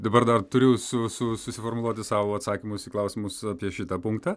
dabar dar turiu su su susiformuluoti sau atsakymus į klausimus apie šitą punktą